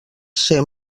ser